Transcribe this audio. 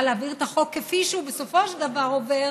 להעביר את החוק כפי שהוא בסופו של דבר עובר